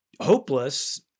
hopeless